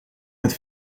met